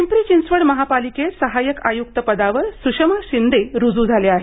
पिंपरी चिंचवड महापालिकेत साहाय्यक आयुक्त पदावर सुषमा शिंदे रुज् झाल्या आहेत